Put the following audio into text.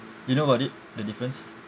you know about it the difference